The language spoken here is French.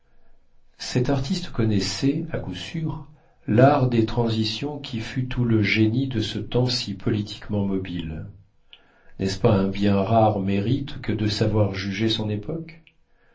cet artiste connaissait à coup sûr l'art des transitions qui fut tout le génie de ce temps si politiquement mobile n'est-ce pas un bien rare mérite que de savoir juger son époque